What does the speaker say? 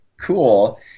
cool